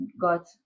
got